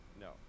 No